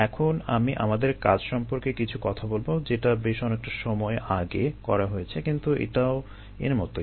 এখন আমি আমাদের কাজ সম্পর্কে কিছু কথা বলবো যেটা বেশ অনেকটা সময় আগে করা হয়েছে কিন্তু এটাও এর মতোই